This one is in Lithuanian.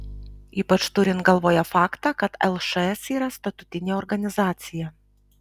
ypač turint galvoje faktą kad lšs yra statutinė organizacija